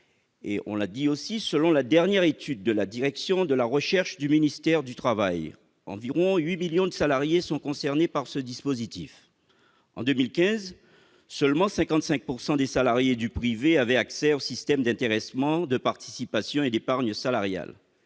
réalisés. Selon la dernière étude de la direction de la recherche du ministère du travail, environ 8 millions de salariés sont concernés par ce dispositif. En 2015, seulement 55 % des salariés du privé avaient accès au système d'intéressement, de participation et d'épargne salariale.